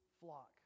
flock